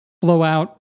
blowout